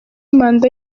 manda